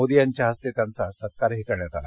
मोदी यांच्या हस्ते त्यांचा सत्कारही करण्यात आला